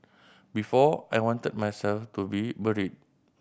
before I wanted myself to be buried